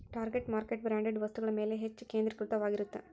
target market branded ವಸ್ತುಗಳ ಮ್ಯಾಲೆ ಹೆಚ್ಚ್ ಕೇಂದ್ರೇಕೃತವಾಗಿರತ್ತ